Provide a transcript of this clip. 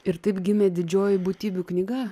ir taip gimė didžioji būtybių knyga